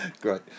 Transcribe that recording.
Great